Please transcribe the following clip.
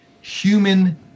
human